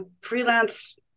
freelance